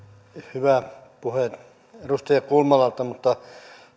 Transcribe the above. hyvä puhe edustaja kulmalalta mutta